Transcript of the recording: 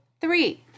Three